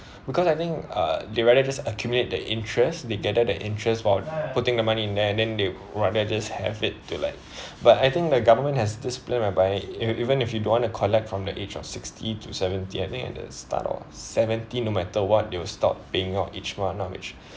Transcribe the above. because I think uh they rather just accumulate the interest they gather the interests while putting the money in there then they rather just have it to like but I think the government has this plan whereby if even if you don't want to collect from the age of sixty to seventy I think at the start of seventy no matter what they will start paying out each month ah which